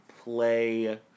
play